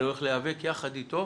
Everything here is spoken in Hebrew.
אני הולך להיאבק יחד איתו